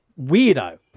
weirdo